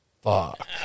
Fuck